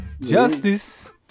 Justice